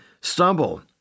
stumble